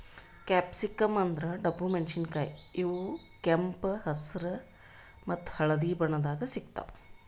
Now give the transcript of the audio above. capsicum ಅಂದ್ರ ಡಬ್ಬು ಮೆಣಸಿನಕಾಯಿ ಇವ್ ಕೆಂಪ್ ಹೆಸ್ರ್ ಮತ್ತ್ ಹಳ್ದಿ ಬಣ್ಣದಾಗ್ ಸಿಗ್ತಾವ್